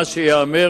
מה שייאמר,